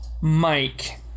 Mike